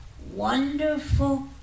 Wonderful